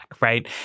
right